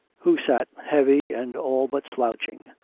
who sat, heavy and all but slouching,